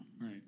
Right